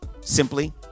Simply